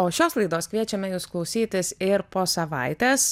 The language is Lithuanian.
o šios laidos kviečiame jus klausytis ir po savaitės